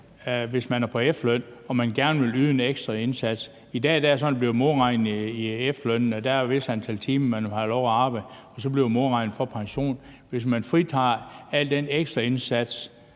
når man er på efterløn og gerne vil yde en ekstra indsats, bliver det modregnet i efterlønnen; der er et vist antal timer, man har lov at arbejde, og derefter bliver man modregnet i pension. Hvis man fritager al den ekstra indsats,